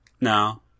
No